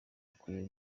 akwiye